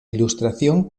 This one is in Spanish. ilustración